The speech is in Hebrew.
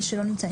מי שלא נמצא,